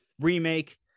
remake